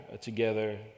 together